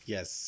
Yes